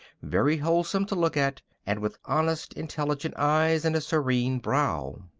very wholesome to look at, and with honest, intelligent eyes and a serene brow.